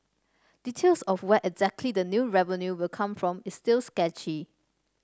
details of where exactly the new revenue will come from is still sketchy